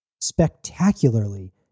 Spectacularly